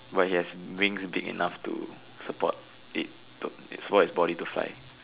but he has wings big enough to support it its body to fly